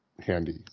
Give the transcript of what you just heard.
handy